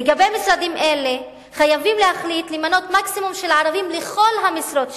לגבי משרדים אלה חייבים להחליט למנות מקסימום ערבים לכל המשרות שמתפנות.